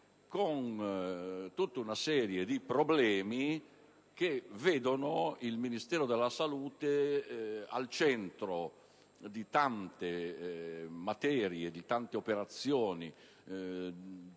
con tutta una serie di problemi che vedono il Ministero della salute al centro di tante materie, di tante operazioni,